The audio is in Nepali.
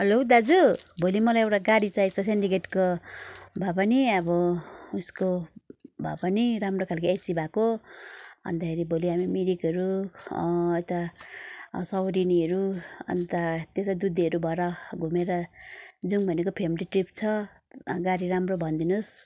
हेलो दाजु भोलि मलाई एउटा गाडी चाहिएको छ सिन्डिकेटको भए पनि अब उयसको भए पनि राम्रो खालको एसी भएको अन्तखेरि भोलि हामी मिरिकहरू यता साउरेनीहरू अन्त त्यसै दुधेहरू भएर घुमेर जाऊँ भनेको फ्यामिली ट्रिप छ गाडी राम्रो भनिदिनु होस्